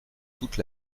toute